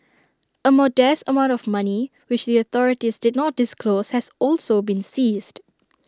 A modest amount of money which the authorities did not disclose has also been seized